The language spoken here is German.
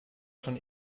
schon